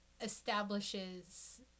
establishes